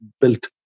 built